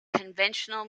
conventional